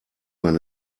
man